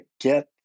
get